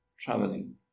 traveling